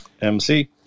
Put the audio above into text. MC